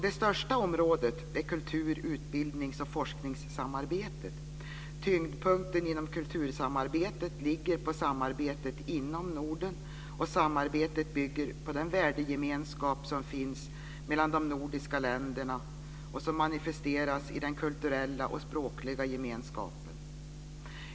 Det största området är kultur-, utbildnings och forskningssamarbetet. Tyngdpunkten inom kultursamarbetet ligger på samarbetet inom Norden, och samarbetet bygger på den värdegemenskap som finns mellan de nordiska länderna och som manifesteras i den kulturella och språkliga gemenskapen.